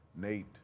nate